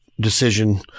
decision